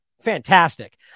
Fantastic